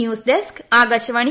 news desk Akashvani